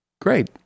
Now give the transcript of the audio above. Great